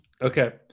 Okay